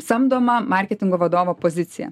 samdomą marketingo vadovo poziciją